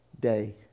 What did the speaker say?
day